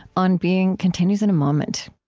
on being continues in a moment